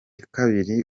kabiri